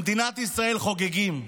במדינת ישראל חוגגים.